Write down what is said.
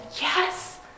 yes